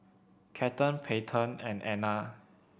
Cathern Peyton and Anna